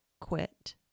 quit